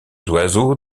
oiseaux